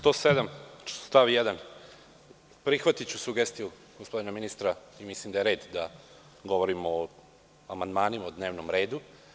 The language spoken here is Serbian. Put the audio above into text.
Član 107. stav 1. Prihvatiću sugestiju gospodina ministra i mislim da je red da govorimo o amandmanima i dnevnom redu.